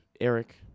Eric